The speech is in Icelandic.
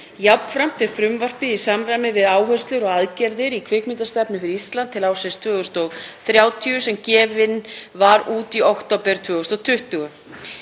Jafnframt er frumvarpið í samræmi við áherslur og aðgerðir í kvikmyndastefnu fyrir Ísland til ársins 2030 sem gefin var út í október 2020.